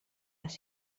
les